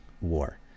war